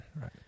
Right